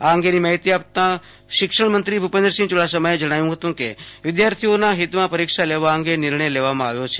આ અંગેની માહિતી આપતા શિક્ષણમંત્રી ભૂપેન્દ્રસિંહ ચુડાસમાએ જણાવ્યું હતું કે વિદ્યાર્થીઓના હિતમાં પરિક્ષા લેવા અંગે નિર્ણય લેવામાં આવ્યો છે